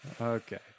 Okay